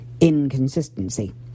inconsistency